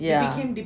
yeah